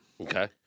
Okay